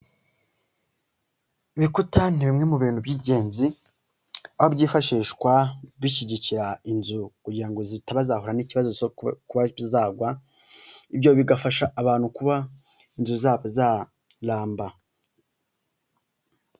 Ibikuta ni bimwe mu bintu by'ingenzi aho byifashishwa bishyigikira inzu kugira ngo zitaba zahura n'ikibazo cyo kuba zagwa ibyo bigafasha abantu kuba inzu zabo zaramba.